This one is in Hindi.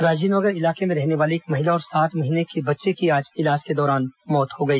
राजीव नगर इलाके में रहने वाली एक महिला और सात महीने के बच्चे की आज इलाज के दौरान मौत हो गई